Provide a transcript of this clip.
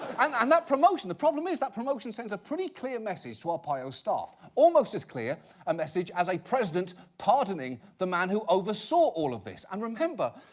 and and that promotion, the problem is, that promotion sends a pretty clear message to arpaio's staff. almost as clear a message as a president pardoning the man who oversaw all of this. and remember,